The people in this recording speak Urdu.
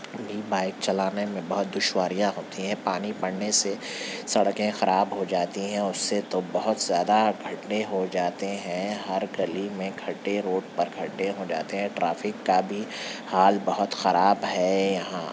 بھی بائک چلانے میں بہت دشواریاں ہوتی ہیں پانی پڑنے سے سڑکیں خراب ہو جاتی ہیں اور اس سے تو بہت زیادہ گڈھے ہو جاتے ہیں ہر گلی میں کھڈے روڈ پر کھڈے ہو جاتے ہیں ٹرافک کا بھی حال بہت خراب ہے یہاں